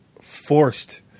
forced